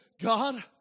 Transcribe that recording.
God